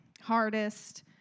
hardest